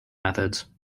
methods